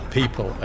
People